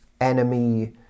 enemy